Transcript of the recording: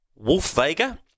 Wolfvega